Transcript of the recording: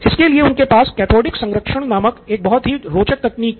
इसके लिए उनके पास कैथोडिक संरक्षण नामक एक बहुत ही रोचक तकनीक थी